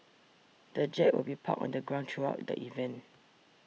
the jet will be parked on the ground throughout the event